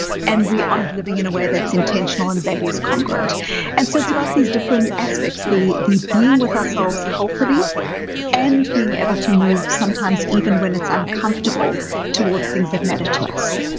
and we aren't living in a way that's intentional and values congruent and so it's about these different aspects. the the being with ourselves healthily and being able to move sometimes even when it's uncomfortable towards things that matter to us.